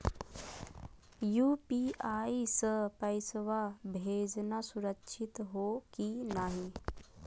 UPI स पैसवा भेजना सुरक्षित हो की नाहीं?